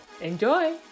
enjoy